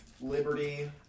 Liberty